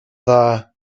dda